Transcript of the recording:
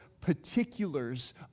particulars